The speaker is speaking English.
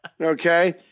Okay